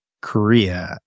Korea